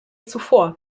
zuvor